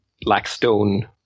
Blackstone